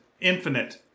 infinite